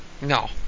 No